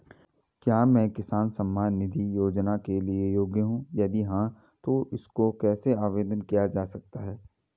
क्या मैं किसान सम्मान निधि योजना के लिए योग्य हूँ यदि हाँ तो इसको कैसे आवेदन किया जा सकता है?